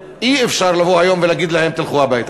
ואי-אפשר לבוא היום ולהגיד להם: תלכו הביתה.